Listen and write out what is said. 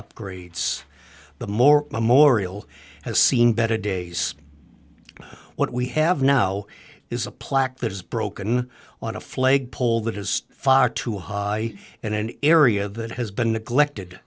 upgrades the more memorial has seen better days what we have now is a plaque that is broken on a flagpole that is far too high and an area that has been neglected